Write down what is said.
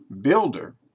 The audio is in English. builder